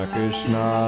Krishna